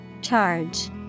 Charge